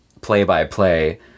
play-by-play